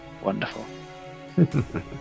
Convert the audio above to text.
Wonderful